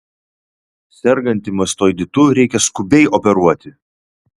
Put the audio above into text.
sergantį mastoiditu reikia skubiai operuoti